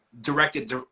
directed